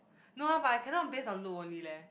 no ah but I cannot based on look only leh